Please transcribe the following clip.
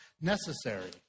necessary